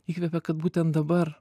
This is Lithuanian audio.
įkvepia kad būtent dabar